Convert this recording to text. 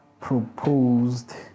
proposed